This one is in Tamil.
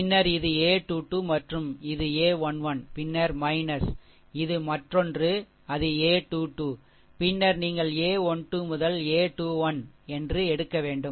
பின்னர் இது a22 மற்றும் இது a11 பின்னர் இது மற்றொன்று அது a2 2 பின்னர் நீங்கள் a12 முதல் a21 என்று எடுக்கவேண்டும்